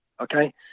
okay